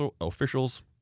officials